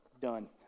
done